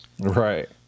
Right